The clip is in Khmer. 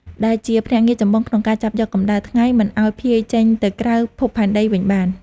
ដែលជាភ្នាក់ងារចម្បងក្នុងការចាប់យកកម្ដៅថ្ងៃមិនឱ្យភាយចេញទៅក្រៅភពផែនដីវិញបាន។